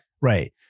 Right